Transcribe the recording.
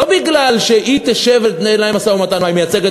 לא כדי שהיא תשב ותנהל להם משא-ומתן.